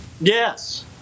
Yes